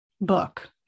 book